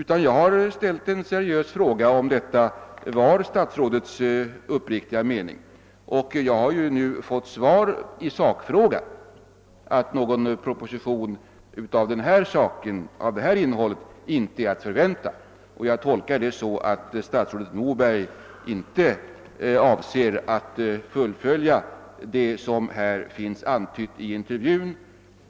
Jag har därför ställt en seriös fråga, om detta är statsrådets uppriktiga mening, och jag har nu fått ett svar i sakfrågan, att någon proposition av den angivna innebörden inte är att förvänta. Jag tolkar det så, att statsrådet Moberg inte avser att fullfölja det som finns antytt i intervjun.